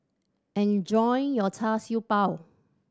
enjoy your Char Siew Bao